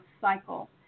cycle